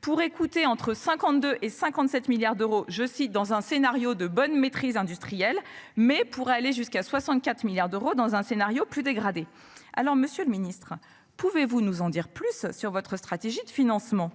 pourrait coûter entre 52 et 57 milliards d'euros, je cite, dans un scénario de bonne maîtrise industrielle mais pourrait aller jusqu'à 64 milliards d'euros dans un scénario plus dégradée. Alors Monsieur le Ministre, pouvez-vous nous en dire plus sur votre stratégie de financement.